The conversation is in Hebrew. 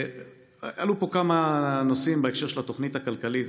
עלו פה כמה נושאים בהקשר של התוכנית הכלכלית,